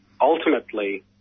Ultimately